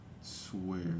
Swear